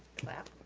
clap.